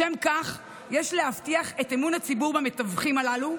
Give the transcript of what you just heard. לשם כך יש להבטיח את אמון הציבור במתווכים הללו,